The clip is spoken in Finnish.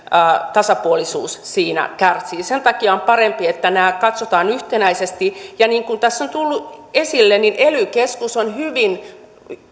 tasapuolisuus siinä kärsii sen takia on parempi että nämä katsotaan yhtenäisesti ja niin kuin tässä on tullut esille ely keskus on hyvin